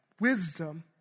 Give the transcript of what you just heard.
Wisdom